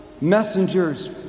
messengers